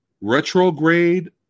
Retrograde